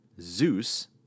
Zeus